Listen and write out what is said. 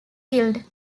killed